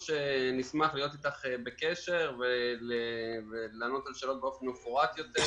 נשמח להיות איתך בקשר כדי לענות על שאלות באופן מפורט יותר.